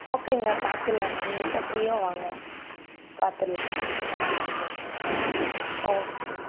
ஓகேங்க பார்த்துருலாங்க நீங்கள் எப்போ ஃப்ரீயோ வாங்க பார்த்துர்லாம் ஆமாங்க ஓகேங்க